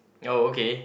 oh okay